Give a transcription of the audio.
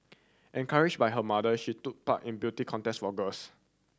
encouraged by her mother she took part in beauty contest for girls